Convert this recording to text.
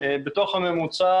בתוך הממוצע,